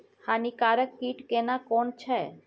हानिकारक कीट केना कोन छै?